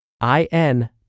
I-N